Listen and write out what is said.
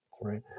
right